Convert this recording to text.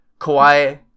Kawhi